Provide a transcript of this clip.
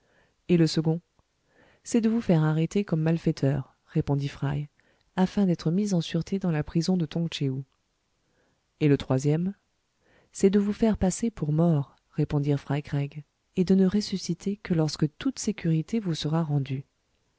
et le second c'est de vous faire arrêter comme malfaiteur répondit fry afin d'être mis en sûreté dans la prison de tong tchéou et le troisième c'est de vous faire passer pour mort répondirent fry craig et de ne ressusciter que lorsque toute sécurité vous sera rendue